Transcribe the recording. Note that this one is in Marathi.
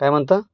काय म्हणता